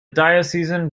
diocesan